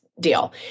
Deal